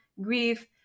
grief